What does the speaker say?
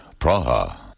Praha